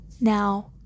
Now